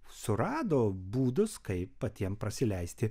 surado būdus kaip patiem prasileisti